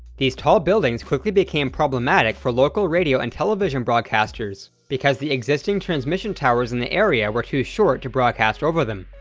these tall buildings quickly became problematic for local radio and television broadcasters because the existing transmission towers in the area were too short to broadcast over them.